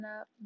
up